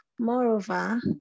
Moreover